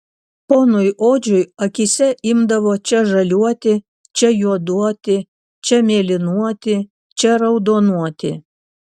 ponui odžiui akyse imdavo čia žaliuoti čia juoduoti čia mėlynuoti čia raudonuoti